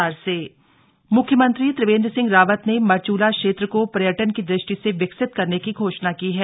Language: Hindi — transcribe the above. सीएम अल्मोडा म्ख्यमंत्री त्रिवेंद्र सिंह रावत ने मरचूला क्षेत्र को पर्यटन की दृष्टि से विकसित करने की घोषणा की है